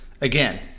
Again